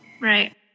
Right